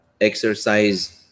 exercise